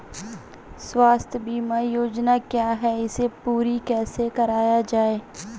स्वास्थ्य बीमा योजना क्या है इसे पूरी कैसे कराया जाए?